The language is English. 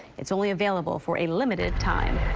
it's only available for a limited time.